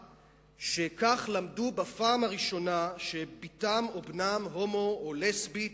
שכך למדו בפעם הראשונה שבתם או בנם הומו או לסבית,